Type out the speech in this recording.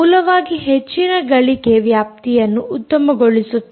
ಮೂಲವಾಗಿ ಹೆಚ್ಚಿನ ಗಳಿಕೆ ವ್ಯಾಪ್ತಿಯನ್ನು ಉತ್ತಮಗೊಳಿಸುತ್ತದೆ